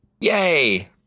Yay